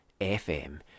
FM